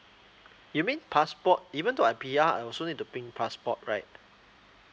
you mean passport even though I P_R I also need to bring passport right